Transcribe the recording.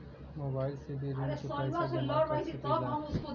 Mobile से भी ऋण के पैसा जमा कर सकी ला?